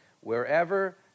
wherever